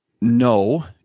no